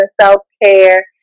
self-care